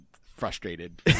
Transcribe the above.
frustrated